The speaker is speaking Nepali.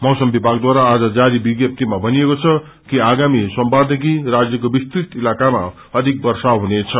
मौसम विभागद्वारा आज जारी विज्ञप्त्मा भनिएको छ कि आगामी सोमबारदेखि राज्यको विस्तुत इलाकामा अधि वर्षा हुनेछ